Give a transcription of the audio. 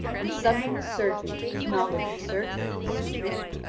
and summoned a surgeon whose knowledge of surgery was supreme.